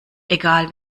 egal